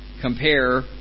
compare